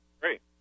Great